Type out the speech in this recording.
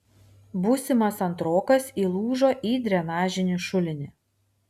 būsimas antrokas įlūžo į drenažinį šulinį